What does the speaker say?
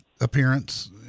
appearance